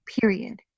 period